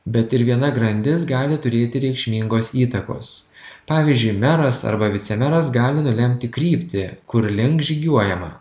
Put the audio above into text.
bet ir viena grandis gali turėti reikšmingos įtakos pavyzdžiui meras arba vicemeras gali nulemti kryptį kurlink žygiuojama